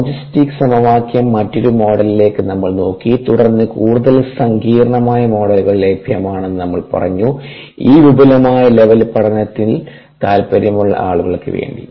logistic സമവാക്യം മറ്റൊരു മോഡലിലേക്ക് നമ്മൾ നോക്കി തുടർന്ന് കൂടുതൽ സങ്കീർണ്ണമായ മോഡലുകൾ ലഭ്യമാണെന്ന് നമ്മൾ പറഞ്ഞു ഈ വിപുലമായ ലെവൽ പഠനത്തിൽ താൽപ്പര്യമുള്ള ആളുകൾക്ക് വേണ്ടി